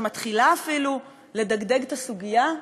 שמתחילה אפילו לדגדג את הסוגיה?